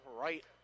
right